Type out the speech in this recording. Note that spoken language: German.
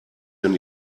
denn